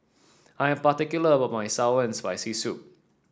I am particular about my sour and Spicy Soup